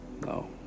no